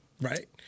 Right